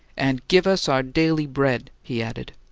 and give us our daily bread! he added,